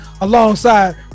alongside